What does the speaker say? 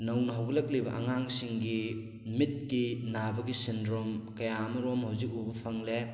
ꯅꯧꯅ ꯍꯧꯒꯠꯂꯛꯂꯤꯕ ꯑꯉꯥꯡꯁꯤꯡꯒꯤ ꯃꯤꯠꯀꯤ ꯅꯥꯕꯒꯤ ꯁꯤꯟꯗ꯭ꯔꯣꯝ ꯀꯌꯥ ꯑꯃꯔꯣꯝ ꯍꯧꯖꯤꯛ ꯎꯕ ꯐꯪꯂꯦ